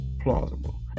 plausible